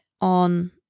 on